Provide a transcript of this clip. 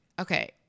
okay